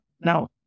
Now